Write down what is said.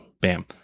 bam